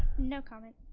no comment.